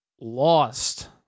lost